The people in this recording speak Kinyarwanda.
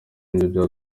nibyo